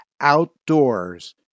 outdoors